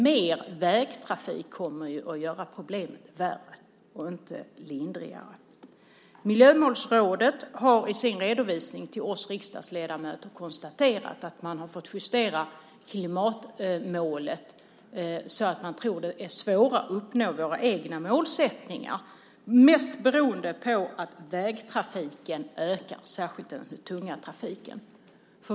Mer vägtrafik kommer ju att göra problemet värre i stället för lindrigare! Miljömålsrådet har i sin redovisning till oss riksdagsledamöter konstaterat att man har fått justera klimatmålet då man tror att det är svårt att uppnå våra egna målsättningar. Mest beror det på att vägtrafiken ökar, särskilt den tunga trafiken.